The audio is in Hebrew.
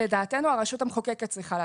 לדעתנו זה הרשות המחוקקת צריכה לעשות.